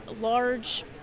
large